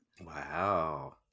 wow